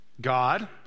God